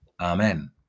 Amen